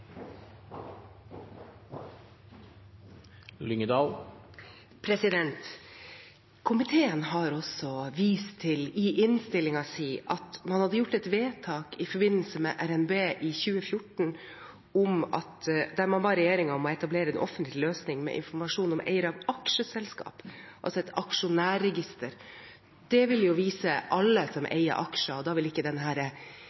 Komiteen har i innstillingen også vist til at man gjorde et vedtak i forbindelse med revidert nasjonalbudsjett i 2014, der man ba regjeringen «etablere en offentlig løsning med informasjon om eiere av aksjeselskap», altså et aksjonærregister. Det ville jo vise alle som